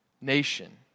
nation